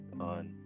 on